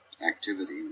activity